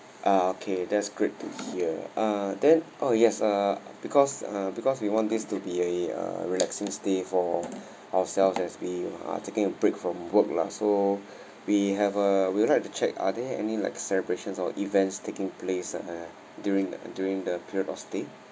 ah okay that's great to hear uh then oh yes uh because uh because we want this to be a uh relaxing stay for ourselves as we are taking a break from work lah so we have a we would like to check are there any like celebrations or events taking place uh during the during the period of stay